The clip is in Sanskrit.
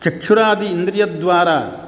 चक्षुरादि इन्द्रियद्वारा